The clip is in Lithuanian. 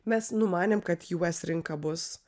mes numanėm kad us rinka bus